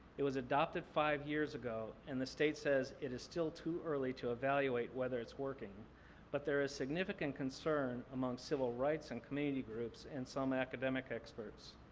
it was adopted five years ago and the state says it is still too early to evaluate whether it's working but there is significant concern among civil rights and community groups and some academic experts.